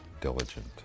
diligent